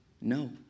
No